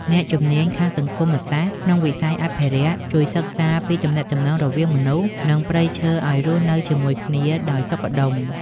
អ្នកជំនាញខាងសង្គមសាស្ត្រក្នុងវិស័យអភិរក្ស ជួយសិក្សាពីទំនាក់ទំនងរវាងមនុស្ស និងព្រៃឈើឱ្យរស់នៅជាមួយគ្នាដោយសុខដុម។